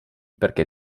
perché